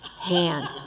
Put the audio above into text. hand